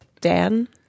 Dan